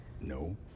No